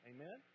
Amen